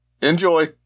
enjoy